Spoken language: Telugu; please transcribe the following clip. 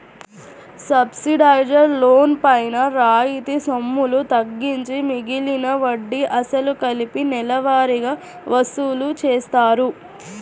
సబ్సిడైజ్డ్ లోన్ పైన రాయితీ సొమ్ములు తగ్గించి మిగిలిన వడ్డీ, అసలు కలిపి నెలవారీగా వసూలు చేస్తారు